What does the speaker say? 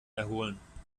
erholen